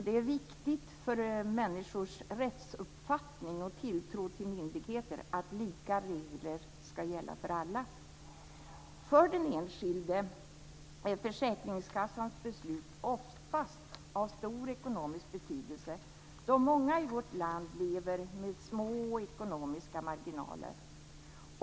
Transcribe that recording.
Det är viktigt för människors rättsuppfattning och tilltro till myndigheter att lika regler ska gälla för alla. För den enskilde är försäkringskassans beslut oftast av stor ekonomisk betydelse, då många i vårt land lever med små ekonomiska marginaler.